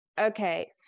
Okay